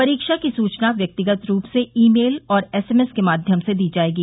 परीक्षा की सूचना व्यक्तिगत रूप से ईमेल और एसएमएस के माध्यम से दी जायेगी